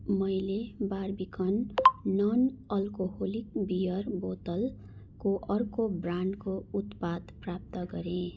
मैले Barbican non alcoholic beer बोतलको अर्को ब्रान्डको उत्पाद प्राप्त गरेँ